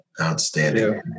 outstanding